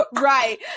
right